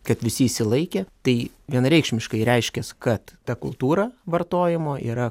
kad visi išsilaikė tai vienareikšmiškai reiškias kad ta kultūra vartojimo yra